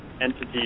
entity